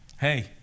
hey